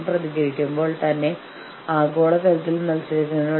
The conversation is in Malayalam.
വിയോജിക്കാൻ സമ്മതിക്കുന്നു അതോടൊപ്പം മറ്റേ കക്ഷിയുടെ കാഴ്ചപ്പാട് കൂടി മനസ്സിലാക്കുന്നു